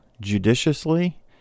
judiciously